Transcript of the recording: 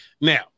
Now